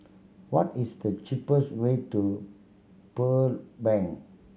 what is the cheapest way to Pearl Bank